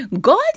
God